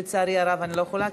לצערי הרב אני לא יכולה,